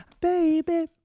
Baby